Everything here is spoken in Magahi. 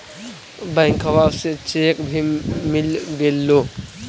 बैंकवा से चेक भी मिलगेलो?